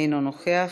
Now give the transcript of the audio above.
אינו נוכח,